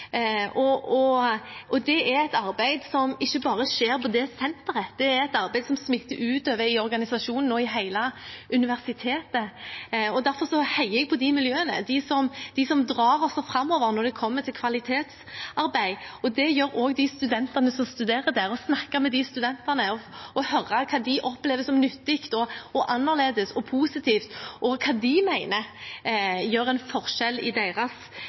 Det er et arbeid som ikke bare skjer på det senteret, det er et arbeid som smitter over på organisasjonen og hele universitetet. Derfor heier jeg på de miljøene, de som drar oss framover når det kommer til kvalitetsarbeid. Det gjør også de studentene som studerer der – når man snakker med dem og hører hva de opplever som nyttig og annerledes og positivt og hva de mener gjør en forskjell i deres